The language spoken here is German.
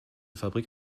fabrik